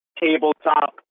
tabletop